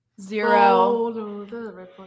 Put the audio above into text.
Zero